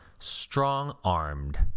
strong-armed